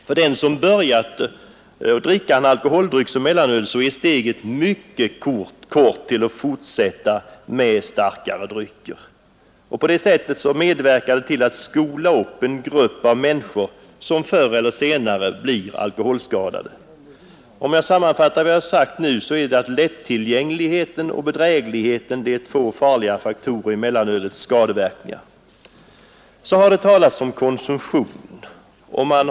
För den som börjat dricka en alkoholdryck som mellanöl är steget mycket kort till att fortsätta med starkare drycker. På det sättet medverkar de: till att skola upp en grupp människor som förr eller senare blir alkoholskadade. Om jag sammanfattar vad jag nu har sagt är det att lättillgängligheten och bedrägligheten är två farliga faktorer när det gäller mellanölets skadeverkningar. Vidare har det talats om konsumtionen.